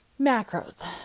macros